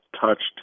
touched